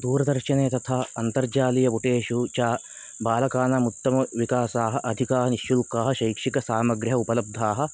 दूरदर्शने तथा अन्तर्जालीयपुटेषु च बालकानाम् उत्तमविकासाः अधिका निःशुल्काः शैक्षिकसामग्र्यः उपलब्धाः